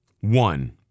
one